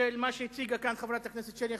של מה שהציגה כאן חברת הכנסת שלי יחימוביץ,